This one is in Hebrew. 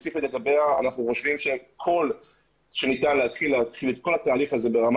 אנחנו חושבים שניתן להתחיל את כל התהליך הזה ברמה